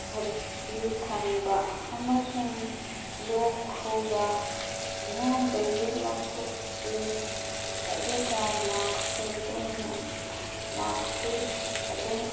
ꯍꯥꯛꯊꯤ ꯈꯟꯕ ꯑꯃꯁꯨꯡ ꯂꯣꯛ ꯈꯨꯕ ꯃꯤꯌꯥꯝꯗꯒꯤ ꯂꯥꯞꯊꯣꯛꯑꯦ ꯑꯗꯨꯒ ꯃꯥ꯭ꯁꯛꯁꯨ ꯇꯣꯏꯅ ꯃꯥ꯭ꯁꯛꯁꯨ ꯑꯗꯨꯝ